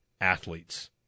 athletes